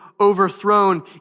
overthrown